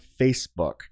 Facebook